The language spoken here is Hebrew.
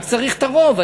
רק צריך את הרוב.